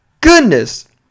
goodness